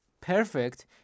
perfect